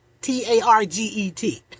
T-A-R-G-E-T